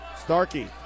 Starkey